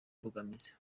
mbogamizi